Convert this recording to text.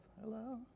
hello